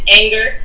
anger